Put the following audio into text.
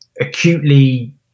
acutely